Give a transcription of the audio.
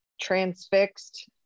transfixed